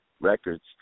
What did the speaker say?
Records